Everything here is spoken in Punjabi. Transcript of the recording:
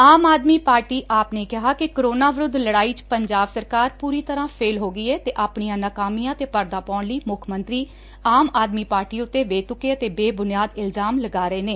ਆਮ ਆਦਮੀ ਪਾਰਟੀ ਆਪ ਨੇ ਕਿਹਾ ਕਿ ਕੋਰੋਨਾ ਵਿਰੁੱਧ ਲੜਾਈ 'ਚ ਪੰਜਾਬ ਸਰਕਾਰ ਪੁਰੀ ਤਰ੍ਹਾਂ ਫੇ ਹੋ ਗਈ ਏ ਅਤੇ ਆਪਣੀਆਂ ਨਾਕਾਮੀਆਂ ਤੇ ਪਰਦਾ ਪਾਉਣ ਲਈ ਮੱਖ ਮੰਤਰੀ ਆਮ ਆਦਮੀ ਪਾਰਟੀ ਉਂਤੇ ਬੇੜਕੇ ਅਤੇ ਬੇਬੁਨਿਆਦ ਇਲਜਾਮ ਲਗਾ ਰਹੇ ਨੇ